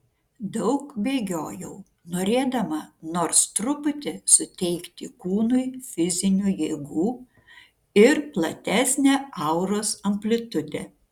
daug bėgiojau norėdama nors truputį suteikti kūnui fizinių jėgų ir platesnę auros amplitudę